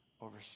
over